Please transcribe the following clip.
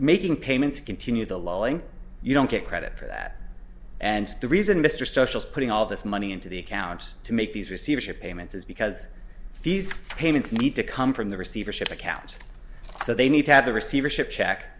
making payments continue the lowing you don't get credit for that and the reason mr socials putting all this money into the accounts to make these receivership payments is because these payments need to come from the receivership account so they need to have the receivership check